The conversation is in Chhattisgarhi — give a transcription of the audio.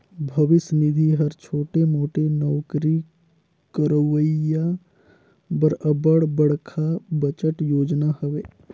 भविस निधि हर छोटे मोटे नउकरी करोइया बर अब्बड़ बड़खा बचत योजना हवे